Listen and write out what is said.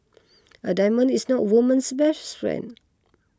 a diamond is not woman's best friend